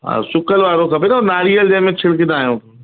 हा सुकल वारो खपे न हो नारियल जंहिं में छिड़कंदा आहियूं